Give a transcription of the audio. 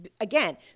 Again